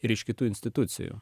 ir iš kitų institucijų